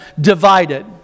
divided